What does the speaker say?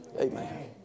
Amen